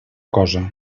cosa